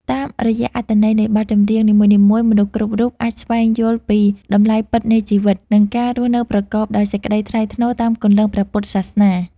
តាមរយៈអត្ថន័យនៃបទចម្រៀងនីមួយៗ មនុស្សគ្រប់រូបអាចស្វែងយល់ពីតម្លៃពិតនៃជីវិត និងការរស់នៅប្រកបដោយសេចក្តីថ្លៃថ្នូរតាមគន្លងព្រះពុទ្ធសាសនា។